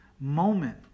moment